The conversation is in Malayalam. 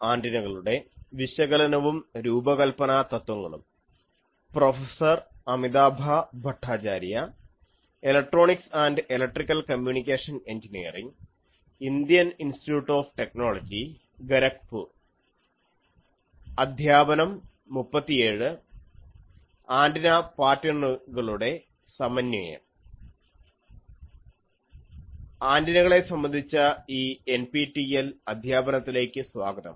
ആന്റിനകളെ സംബന്ധിച്ച ഈ എൻപിടിഎൽ അദ്ധ്യാപനത്തിലേക്ക് സ്വാഗതം